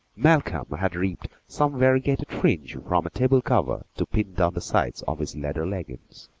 malcolm had ripped some variegated fringe from a table-cover to pin down the sides of his leather leggins.